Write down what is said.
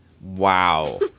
Wow